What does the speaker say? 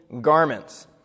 garments